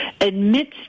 admits